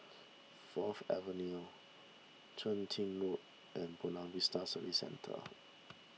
Fourth Avenue Chun Tin Road and Buona Vista Service Centre